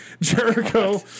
Jericho